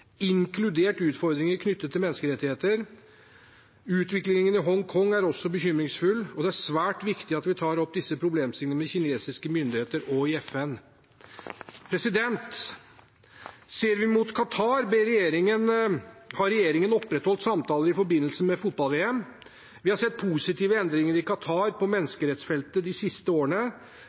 inkludert utfordringer knyttet til menneskerettigheter. Utviklingen i Hongkong er også bekymringsfull, og det er svært viktig at vi tar opp disse problemstillingene med kinesiske myndigheter og i FN. Ser vi mot Qatar, har regjeringen opprettholdt samtaler i forbindelse med fotball-VM. Vi har sett positive endringer i Qatar på menneskerettsfeltet de siste årene.